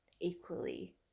equally